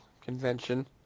convention